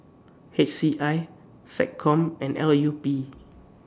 H C I Sec Com and L U P